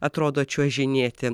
atrodo čiuožinėti